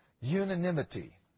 Unanimity